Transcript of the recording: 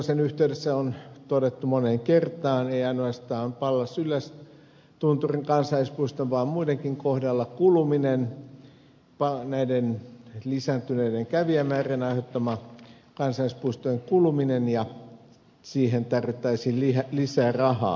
sen yhteydessä on todettu moneen kertaan ei ainoastaan pallas yllästunturin kansallispuiston vaan muidenkin kohdalla näiden lisääntyneiden kävijämäärien aiheuttama kansallispuistojen kuluminen ja siihen tarvittaisiin lisää rahaa